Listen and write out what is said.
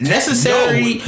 Necessary